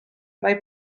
mae